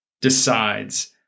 decides